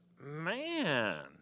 man